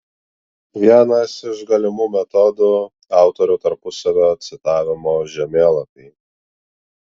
vienas iš galimų metodų autorių tarpusavio citavimo žemėlapiai